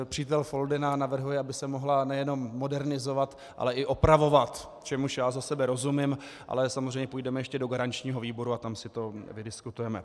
Přítel Foldyna navrhuje, aby se mohla nejenom modernizovat, ale i opravovat, čemuž já za sebe rozumím, ale samozřejmě půjdeme ještě do garančního výboru a tam si to vydiskutujeme.